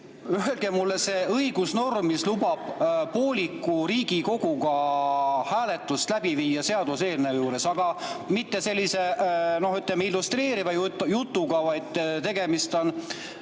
öelge mulle see õigusnorm, mis lubab pooliku Riigikoguga hääletust läbi viia seaduseelnõu juures, aga mitte sellise, ütleme, illustreeriva jutuga, vaid ...